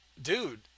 Dude